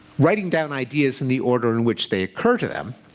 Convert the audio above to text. writing down ideas in the order in which they occur to them.